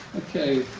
ok.